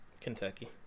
Kentucky